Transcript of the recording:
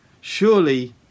surely